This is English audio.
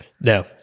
No